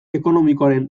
ekonomikoaren